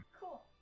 Cool